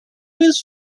his